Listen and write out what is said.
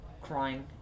Crying